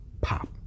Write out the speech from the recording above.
pop